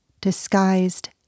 disguised